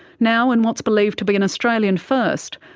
now in what's believed to but an australian first,